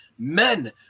men